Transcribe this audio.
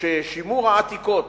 ששימור העתיקות